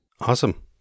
Awesome